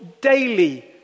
daily